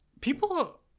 people